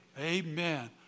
Amen